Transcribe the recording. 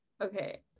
okay